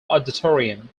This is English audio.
auditorium